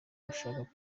ushaka